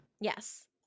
Yes